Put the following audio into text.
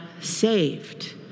saved